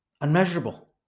unmeasurable